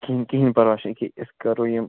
کِہیٖنۍ کِہیٖنۍ پرواے چھُنہٕ یہِ کہِ أسۍ کَرو یِم